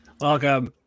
welcome